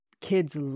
kids